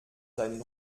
seinen